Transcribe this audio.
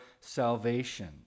salvation